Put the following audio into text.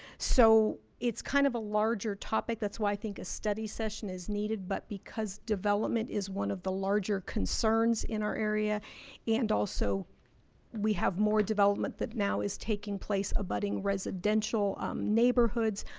so it's kind of a larger topic that's why i think a study session is needed. but because development is one of the larger concerns in our area and also we have more development that now is taking place a budding residential neighborhoods.